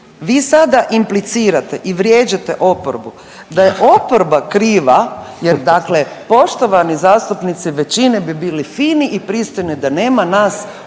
vi sada implicirate i vrijeđate oporbu da je oporba kriva jer dakle poštovani zastupnici većine bi bili fini i pristojni da nema nas